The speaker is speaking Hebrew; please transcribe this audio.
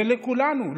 ולכולנו.